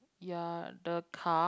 ya the car